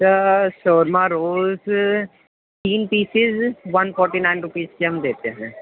سر shawarma rolls تین pieces one forty nine rupees کے ہم دیتے ہیں